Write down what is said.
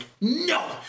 no